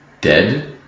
dead